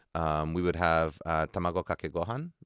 um we would have tamago kake gohan,